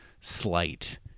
slight